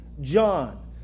John